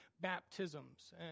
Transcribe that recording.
baptisms